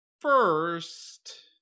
first